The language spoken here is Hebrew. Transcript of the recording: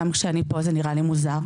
גם כשאני פה זה נראה לי מוזר,